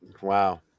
Wow